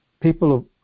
people